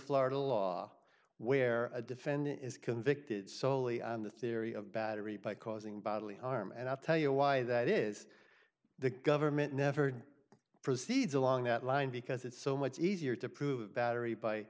florida law where a defendant is convicted soley on the theory of battery by causing bodily harm and i'll tell you why that is the government never proceeds along that line because it's so much easier to prove battery by